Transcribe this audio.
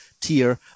tier